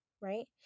Right